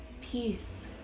peace